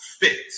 fit